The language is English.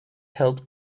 helped